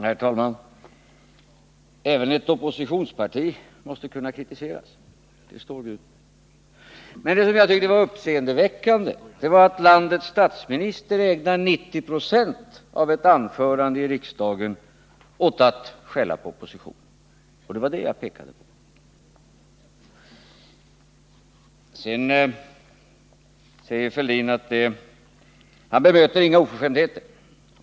Herr talman! Även ett oppositionsparti måste kunna kritiseras. Det jag tycker var uppseendeväckande var att landets statsminister ägnade 90 90 av ett anförande i riksdagen åt att skälla på oppositionen. Det var det jag pekade på. Thorbjörn Fälldin säger att han inte bemöter några oförskämdheter.